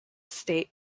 state